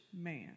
man